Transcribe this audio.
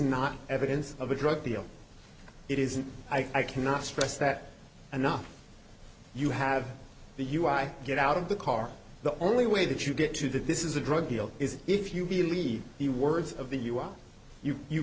not evidence of a drug deal it isn't i cannot stress that enough you have the u i get out of the car the only way that you get to that this is a drug deal is if you believe the words of the you are you you